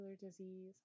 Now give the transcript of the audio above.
disease